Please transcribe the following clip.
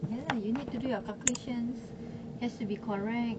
ya lah you need to do your calculations has to be correct